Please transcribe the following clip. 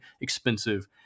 expensive